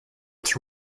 its